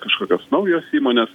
kažkokios naujos įmonės